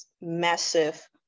massive